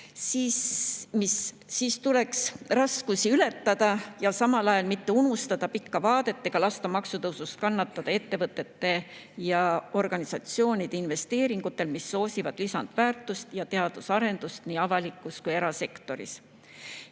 tuleks raskusi ületada ja samal ajal mitte unustada pikka vaadet ega lasta maksutõusust kannatada ettevõtete ja organisatsioonide investeeringutel, mis soosivad lisandväärtust ja teadusarendust nii avalikus kui ka erasektoris.